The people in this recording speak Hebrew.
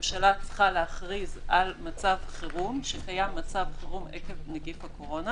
הממשלה צריכה להכריז שקיים מצב חירום עקב נגיף הקורונה.